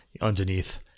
underneath